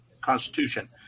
Constitution